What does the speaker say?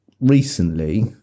recently